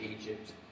Egypt